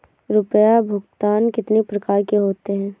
रुपया भुगतान कितनी प्रकार के होते हैं?